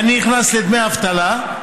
ואני נכנס לדמי אבטלה.